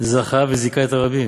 זכה וזיכה את הרבים,